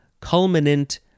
culminant